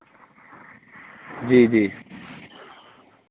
जी जी